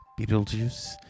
Beetlejuice